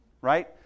right